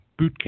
Bootcamp